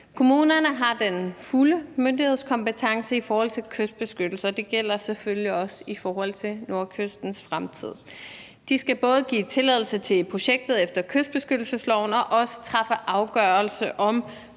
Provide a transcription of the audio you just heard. Kommunerne har den fulde myndighedskompetence i forhold til kystbeskyttelse, og det gælder selvfølgelig også for Nordkystens Fremtid. De skal både give tilladelse til projektet efter kystbeskyttelsesloven og også træffe afgørelse om